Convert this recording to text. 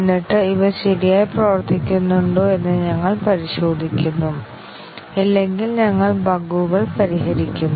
എന്നിട്ട് ഇവ ശരിയായി പ്രവർത്തിക്കുന്നുണ്ടോ എന്ന് ഞങ്ങൾ പരിശോധിക്കുന്നു ഇല്ലെങ്കിൽ ഞങ്ങൾ ബഗുകൾ പരിഹരിക്കുന്നു